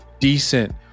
decent